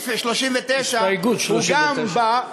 הוא גם בא,